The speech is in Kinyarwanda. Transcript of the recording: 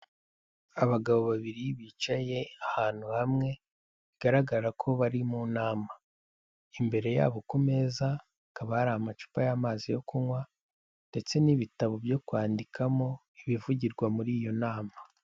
Abagabo babiri bicaye ahantu hamwe, bigaragara ko bari mu nama, imbere yabo ku meza hakaba hari amacupa y'amazi yo kunywa ndetse n'ibitabo byo kwandikamo ibivugirwa muri iyo nama.